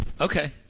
Okay